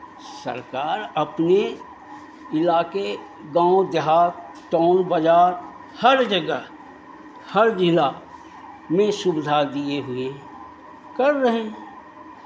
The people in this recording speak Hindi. सरकार अपने इलाके गाँव देहात टाउन बाज़ार हर जगह हर जिला में सुविधा दिए हुए हैं कर रहे हैं